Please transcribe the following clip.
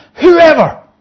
Whoever